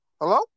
Hello